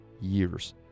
years